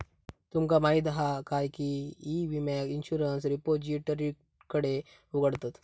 तुमका माहीत हा काय की ई विम्याक इंश्युरंस रिपोजिटरीकडे उघडतत